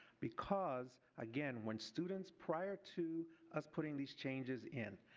because again when students prior to us putting these changes in.